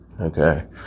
Okay